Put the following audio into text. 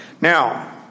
Now